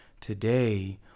Today